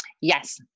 Yes